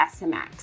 SMX